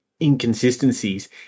inconsistencies